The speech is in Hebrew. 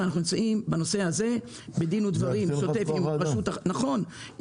בנושא הזה אנחנו נמצאים בדין ודברים שוטף עם רשות החשמל.